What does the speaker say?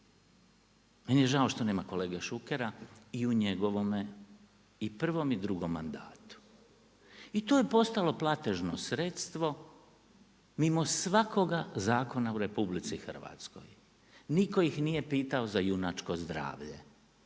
Meni je žao što nema kolege Šukera i u njegovome i u prvom i drugom mandatu i to je postalo platežno sredstvo mimo svakoga zakona u RH. Nitko ih nije pitao za junačko zdravlje,